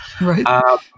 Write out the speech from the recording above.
right